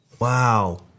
wow